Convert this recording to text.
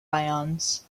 ions